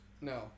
No